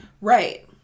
Right